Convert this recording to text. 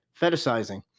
Fetishizing